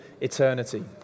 eternity